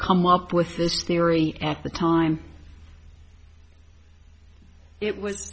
come up with this theory at the time it was